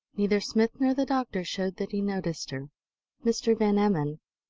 neither smith nor the doctor showed that he noticed her mr. van emmon.